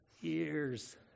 years